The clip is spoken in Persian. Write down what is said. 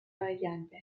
آینده